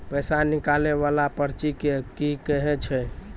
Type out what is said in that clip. पैसा निकाले वाला पर्ची के की कहै छै?